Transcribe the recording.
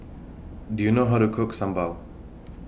Do YOU know How to Cook Sambal